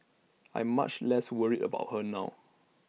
I'm much less worried about her now